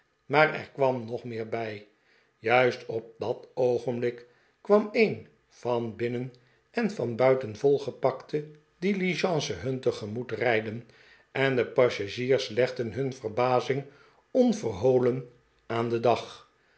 maar er kwam nog meer bij juist op dat oogenblik kwam een van binnen en van buiten volgepakte diligence nun tegemoet rijden en de passagiers legden hun verbazing onverholen aan den dag